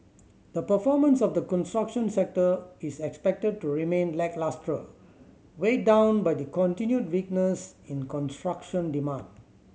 the performance of the construction sector is expected to remain lacklustre weighed down by the continued weakness in construction demand